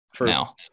now